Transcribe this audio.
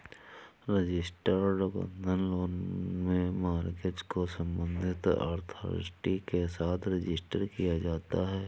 registered बंधक loan में mortgage को संबंधित अथॉरिटी के साथ रजिस्टर किया जाता है